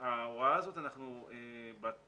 זה מה שדיברנו פעם שעברה שצריך לאפשר להם.